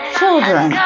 children